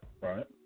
right